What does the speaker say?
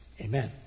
Amen